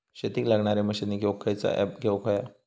शेतीक लागणारे मशीनी घेवक खयचो ऍप घेवक होयो?